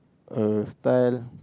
a style